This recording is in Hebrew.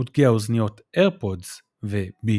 מותגי האוזניות AirPods ו-Beats,